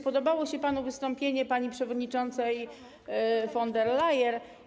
Podobało się panu wystąpienie pani przewodniczącej von der Leyen.